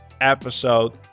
episode